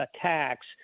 attacks